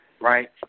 Right